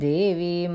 Devi